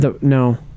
No